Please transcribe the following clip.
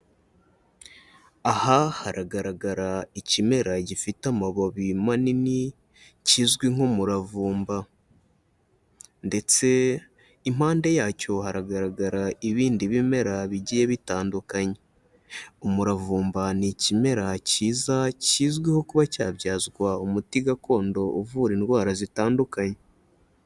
Aha haragaragara ikimera gifite amababi manini kizwi nk'umuravumba, ndetse impande yacyo haragaragara ibindi bimera bigiye bitandukanye, umuravumba ni ikimera kiza kizwiho kuba cyabyazwa umuti gakondo uvura indwara zitandukanye.